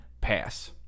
Pass